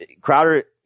Crowder